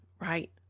right